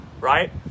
right